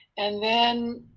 and then